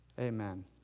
amen